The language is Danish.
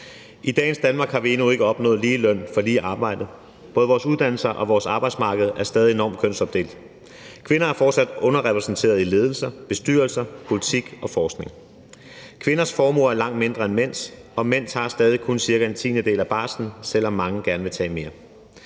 I dagens Danmark har vi endnu ikke opnået lige løn for lige arbejde. Både vores uddannelser og vores arbejdsmarked er stadig enormt kønsopdelt. Kvinder er fortsat underrepræsenteret i ledelser, bestyrelser, politik og forskning. Kvinders formue er langt mindre end mænds, og mænd tager stadig kun cirka en tiendedel af barslen, selv om mange gerne vil tage mere.